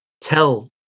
tell